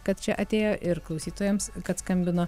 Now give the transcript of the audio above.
kad čia atėjo ir klausytojams kad skambino